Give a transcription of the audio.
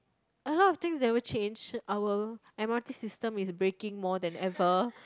a lot of things never changed our M_R_T system is breaking more than ever